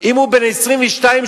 אם הוא בן 22 שבועות,